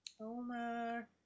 Omar